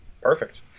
Perfect